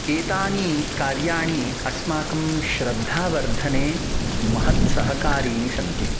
एतानि कार्याणि अस्माकं श्रद्धावर्द्धने महत्सहकारीणि सन्ति